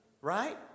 Right